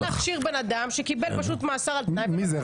אתה הולך להכשיר בן אדם שקיבל פשוט מאסר על תנאי --- מי זה,